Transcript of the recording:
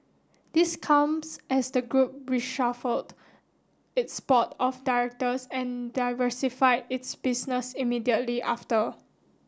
this comes as the group reshuffled its board of directors and diversified its business immediately after